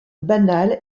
banale